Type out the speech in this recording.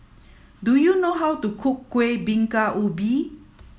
do you know how to cook Kueh Bingka Ubi